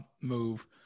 move